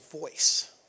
voice